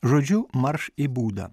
žodžiu marš į būdą